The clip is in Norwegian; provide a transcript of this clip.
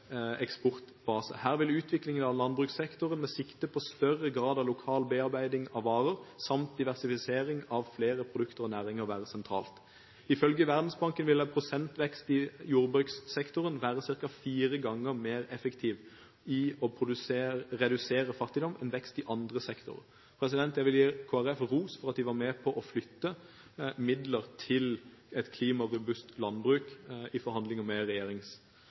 vil utvikling av landbrukssektoren med sikte på større grad av lokal bearbeiding av varer samt diversifisering av flere produkter og næringer være sentralt. Ifølge Verdensbanken vil 1 pst. vekst i jordbrukssektoren være ca. fire ganger mer effektivt med tanke på å redusere fattigdom enn vekst i andre sektorer. Jeg vil gi Kristelig Folkeparti ros for at de var med på å flytte midler til et klimarobust landbruk i forhandlinger med